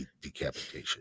decapitation